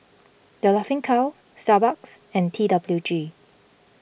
the Laughing Cow Starbucks and T W G